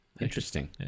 Interesting